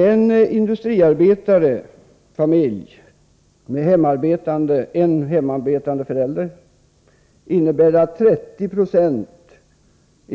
En industriarbetarfamilj med en hemarbetande förälder har fått sitt